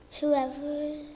whoever